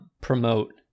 promote